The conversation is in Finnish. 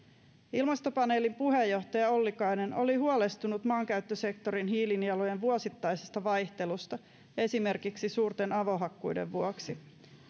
ilmastopaneelin puheenjohtaja ollikainen oli huolestunut maankäyttösektorin hiilinielujen vuosittaisesta vaihtelusta esimerkiksi suurten avohakkuiden vuoksi